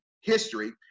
history